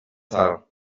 sal